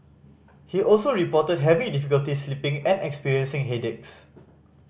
he also reported having difficulty sleeping and experiencing headaches